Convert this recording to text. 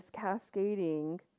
cascading